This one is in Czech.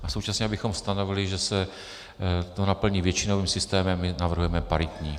A současně abychom stanovili, že se to naplní většinovým systém my navrhujeme paritní.